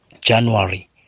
January